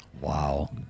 Wow